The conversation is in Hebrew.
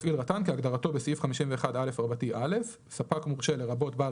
כהגדרתו בסעיף 51א(א); "ספק מורשה" לרבות בעל